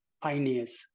pioneers